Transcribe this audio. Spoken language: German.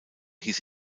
hieß